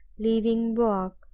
leaving balk,